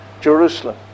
Jerusalem